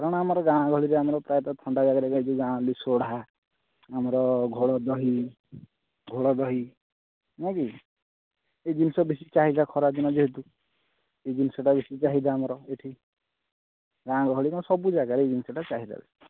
କାରଣ ଆମର ଗାଁ ଗହଳିରେ ଆମର ପ୍ରାୟତଃ ଥଣ୍ଡା ଜାଗାରେ ରହିଛି ଗାଉଁଲି ସୋଢ଼ା ଆମର ଘୋଳ ଦହି ଘୋଳ ଦହି ନାଇଁକି ଏଇ ଜିନିଷ ବେଶୀ ଚାହିଦା ଖରାଦିନ ଯେହେତୁ ଏଇ ଜିନିଷଟା ବେଶୀ ଚାହିଦା ଆମର ଏଠି ଗାଁ ଗହଳିରେ ଆମର ସବୁ ଜାଗାରେ ଏ ଜିନିଷଟା ଚାହିଦା ବେଶୀ